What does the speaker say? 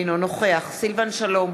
אינו נוכח סילבן שלום,